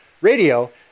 radio